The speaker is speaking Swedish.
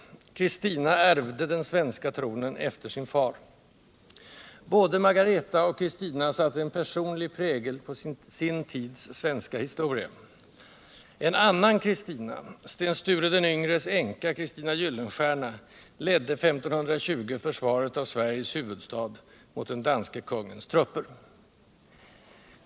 Kristina ärvde den svenska tronen efter sin fader. Både Margareta och Kristina satte en personlig prägel på sin tids svenska historia. En annan Kristina, Sten Sture den yngres änka, Kristina Gyllenstierna, ledde 1520 försvaret av Sveriges huvudstad mot danske kungens trupper.